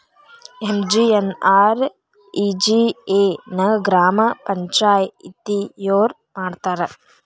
MGNREGA ನ ಗ್ರಾಮ ಪಂಚಾಯತಿಯೊರ ಮಾಡ್ತಾರಾ?